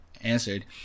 answered